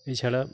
এছাড়া